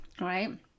right